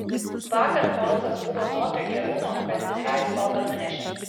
vakar koncas buvo tokio gerumo kad visai stogą nunešė